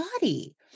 body